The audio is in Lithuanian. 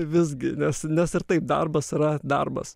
visgi nes nes ir taip darbas yra darbas